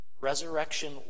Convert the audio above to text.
Resurrection